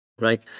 right